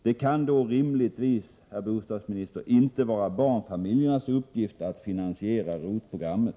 Det kan inte rimligtvis, herr bostadsminister, vara barnfamiljernas uppgift att finansiera ROT-programmet.